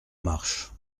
marche